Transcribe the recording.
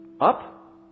up